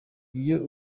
iyo